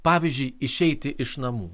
pavyzdžiui išeiti iš namų